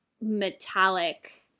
metallic